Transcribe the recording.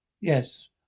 Yes